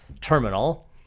terminal